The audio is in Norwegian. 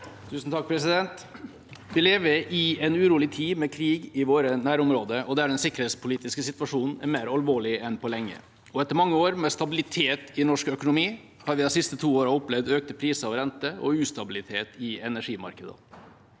Orten (H) Vi lever i en urolig tid med krig i våre nærområder, der den sikkerhetspolitiske situasjonen er mer alvorlig enn på lenge, og etter mange år med stabilitet i norsk økonomi har vi de siste to årene opplevd økte priser og renter, og ustabilitet i energimarkedene.